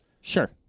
Sure